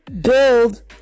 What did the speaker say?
build